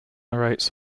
narrates